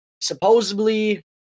supposedly